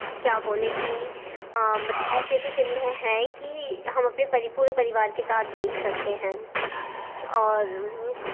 کیا بولیں کہ مطلب ایسی ایسی فلمیں ہیں کہ ہم اپنے پری پورے پریوار کے ساتھ دیکھ سکتے ہیں اور